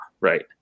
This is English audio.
right